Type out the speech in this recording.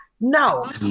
No